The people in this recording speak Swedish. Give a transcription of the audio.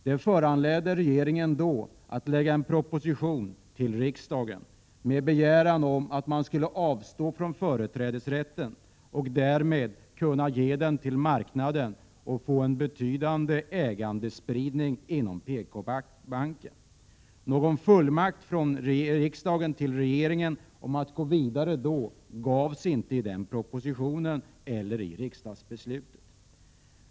Det föranledde då regeringen att lägga fram en proposition till riksdagen med begäran om att man skulle avstå från företrädesrätten för att kunna ge den till marknaden och få en betydande ägandespridning inom PKbanken. Någon fullmakt för regeringen att gå vidare fanns inte med i propositionen och gavs inte heller genom riksdagsbeslutet.